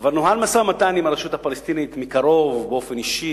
כבר נוהל משא-ומתן עם הרשות הפלסטינית מקרוב באופן אישי